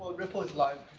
ripple is live,